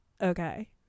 okay